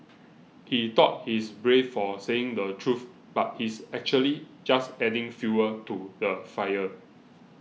he thought he's brave for saying the truth but he's actually just adding fuel to the fire